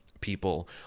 people